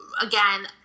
again